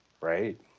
Right